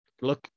look